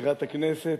מזכירת הכנסת,